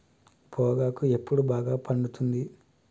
పొగాకు ఎప్పుడు బాగా పండుతుంది?